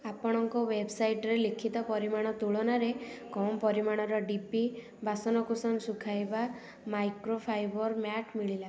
ଆପଣଙ୍କ ୱେବ୍ସାଇଟ୍ରେ ଲିଖିତ ପରିମାଣ ତୁଳନାରେ କମ୍ ପରିମାଣର ଡି ପି ବାସନ କୁସନ ଶୁଖାଇବା ମାଇକ୍ରୋଫାଇବର୍ ମ୍ୟାଟ୍ ମିଳିଲା